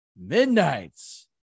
Midnights